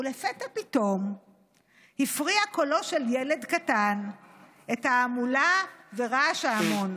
ולפתע פתאום הפריע קולו של ילד קטן את ההמולה ורעש ההמון.